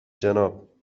جناب